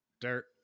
Dirt